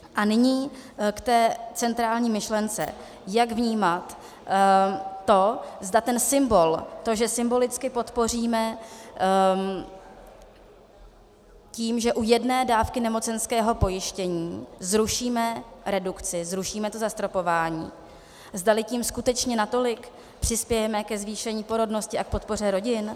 A nyní k té centrální myšlence, jak vnímat to, zda ten symbol, to, že symbolicky podpoříme tím, že u jedné dávky nemocenského pojištění zrušíme redukci, zrušíme to zastropování, zdali tím skutečně natolik přispějeme ke zvýšení porodnosti a k podpoře rodin.